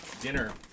dinner